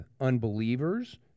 unbelievers